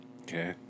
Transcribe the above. Okay